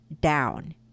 down